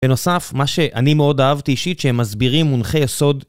בנוסף, מה שאני מאוד אהבתי אישית שהם מסבירים מונחי יסוד